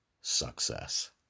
success